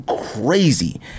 crazy